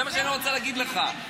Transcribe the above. זה מה שאני רוצה להגיד לך.